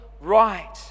right